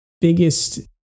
biggest